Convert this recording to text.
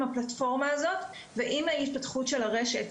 הפלטפורמה הזאת ועם ההתפתחות של הרשת,